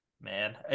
Man